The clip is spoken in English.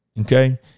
okay